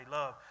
love